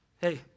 hey